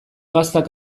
gaztak